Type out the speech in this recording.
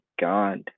God